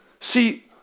See